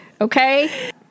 Okay